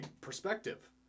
perspective